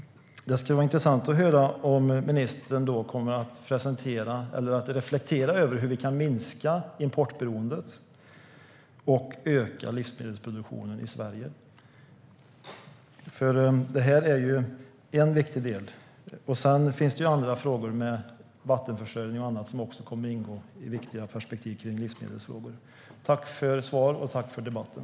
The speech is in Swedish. Det ska bli intressant att se om ministern kommer att reflektera över hur vi kan minska importberoendet och öka livsmedelsproduktionen i Sverige. Det här är en viktig del. Sedan finns det andra frågor som rör vattenförsörjning och annat som också kommer att ingå som viktiga perspektiv på livsmedelsfrågor. Tack för svar! Och tack för debatten!